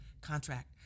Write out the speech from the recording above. contract